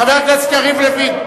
חבר הכנסת יריב לוין.